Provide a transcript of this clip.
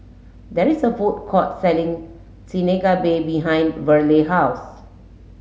there is a food court selling Chigenabe behind Verle house